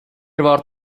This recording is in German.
war